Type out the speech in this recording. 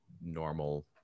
normal